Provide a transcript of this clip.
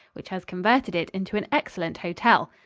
which has converted it into an excellent hotel.